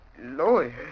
Lawyer